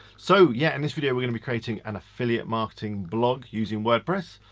so yeah, in this video we're gonna be creating an affiliate marketing blog using wordpress.